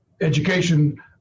education